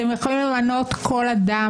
אתם יכולים למנות כל אדם,